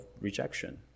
rejection